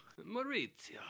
Maurizio